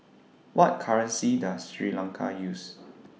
What currency Does Sri Lanka use